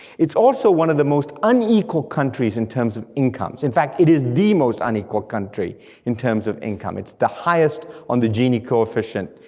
it's also one of the unequal countries in terms of incomes, in fact it is the most unequal country in terms of income, it's the highest on the genie coefficient,